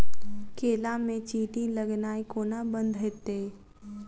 केला मे चींटी लगनाइ कोना बंद हेतइ?